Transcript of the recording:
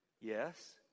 Yes